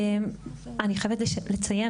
אני חייבת לציין